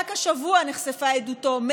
שרק השבוע נחשפה עדותו,